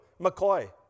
McCoy